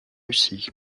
russie